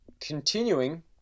continuing